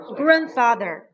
grandfather